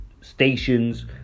stations